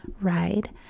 ride